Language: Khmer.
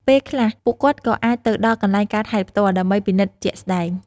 ពេលខ្លះ ពួកគាត់ក៏អាចទៅដល់កន្លែងកើតហេតុផ្ទាល់ ដើម្បីពិនិត្យជាក់ស្តែង។